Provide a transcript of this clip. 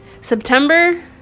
September